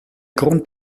grund